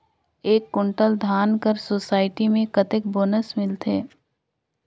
एक कुंटल धान कर सोसायटी मे कतेक बोनस मिलथे?